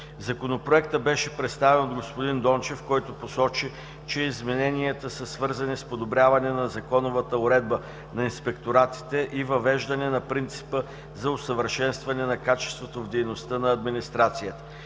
Законопроектът беше представен от господин Дончев, който посочи, че измененията са свързани с подобряване на законовата уредба на инспекторатите и въвеждане на принципа за усъвършенстване на качеството в дейността на администрацията.